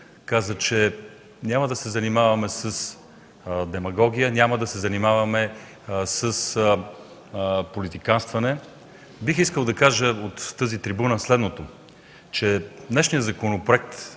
каза, че няма да се занимаваме с демагогия, няма да се занимаваме с политиканстване, бих искал да кажа от тази трибуна следното – днешният законопроект,